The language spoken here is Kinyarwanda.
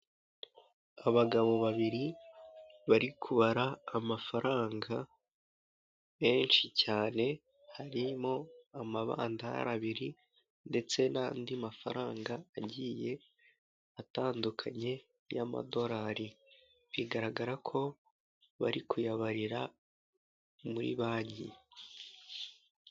Abagabo babiri bari kubara amafaranga menshi cyane, harimo amabandari abiri ndetse n'andi mafaranga agiye atandukanye y'amadolari, bigaragara ko bari kuyabarira muri banki.